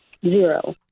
Zero